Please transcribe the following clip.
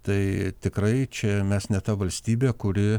tai tikrai čia mes ne ta valstybė kuri